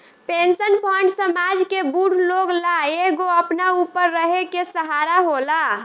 pension fund समाज के बूढ़ लोग ला एगो अपना ऊपर रहे के सहारा होला